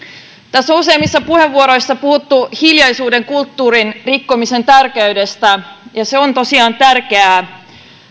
tässä on useimmissa puheenvuoroissa puhuttu hiljaisuuden kulttuurin rikkomisen tärkeydestä ja se on tosiaan tärkeää